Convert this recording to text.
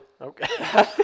Okay